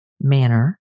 manner